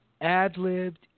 ad-libbed